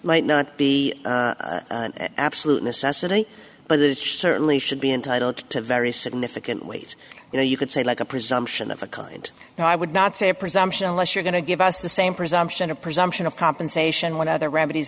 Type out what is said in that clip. might not be absolute necessity but it certainly should be entitled to very significant ways you know you could say like a presumption of a kind but i would not say a presumption unless you're going to give us the same presumption a presumption of compensation when other remedies